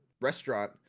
restaurant